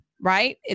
right